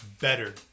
better